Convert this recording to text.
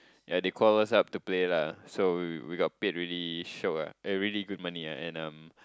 ya they call us up to play lah so we we got paid already shiok ah eh really good money ah and um